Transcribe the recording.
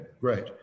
great